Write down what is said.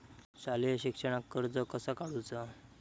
शालेय शिक्षणाक कर्ज कसा काढूचा?